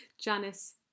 Janice